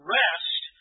rest